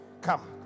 Come